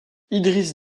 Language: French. idriss